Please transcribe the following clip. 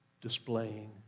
displaying